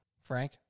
Frank